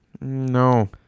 No